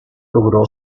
logró